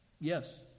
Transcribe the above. yes